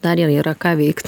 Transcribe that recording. dar ir yra ką veikt